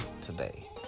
today